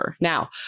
Now